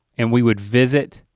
and we would visit,